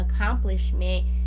accomplishment